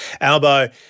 Albo